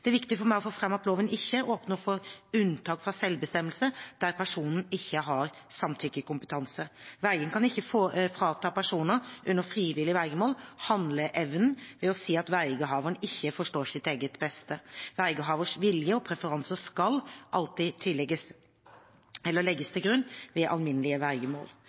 Det er viktig for meg å få frem at loven ikke åpner for unntak fra selvbestemmelse der personen ikke har samtykkekompetanse. Vergen kan ikke frata personer under frivillig vergemål handleevnen ved å si at vergehaveren ikke forstår sitt eget beste. Vergehaverens vilje og preferanser skal alltid legges til grunn ved alminnelig vergemål.